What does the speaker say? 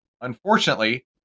unfortunately